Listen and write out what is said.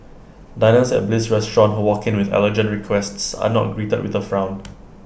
diners at bliss restaurant who walk in with allergen requests are not greeted with A frown